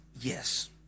Yes